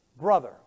brother